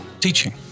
teaching